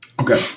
Okay